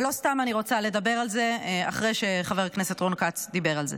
ולא סתם אני רוצה לדבר על זה אחרי שחבר הכנסת רון כץ דיבר על זה.